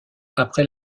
après